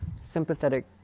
sympathetic